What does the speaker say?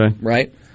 right